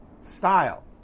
style